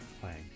playing